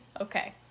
Okay